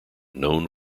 known